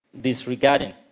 disregarding